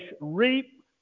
reap